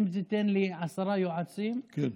שאם תיתן לי עשרה יועצים, כן.